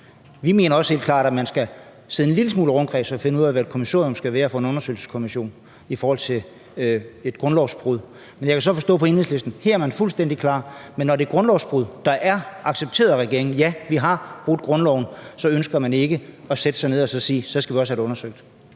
Vi mener også helt klart, at man skal sidde en lille smule i rundkreds og finde ud af, hvad kommissoriet skal være for en undersøgelseskommission i forbindelse med et grundlovsbrud. Jeg kan så forstå på Enhedslisten, at her er man fuldstændig klar, men når det drejer sig om et grundlovsbrud, der er anerkendt af regeringen – regeringen siger ja til, at den har brudt grundloven – så ønsker man ikke at sige, at så skal vi også have det undersøgt.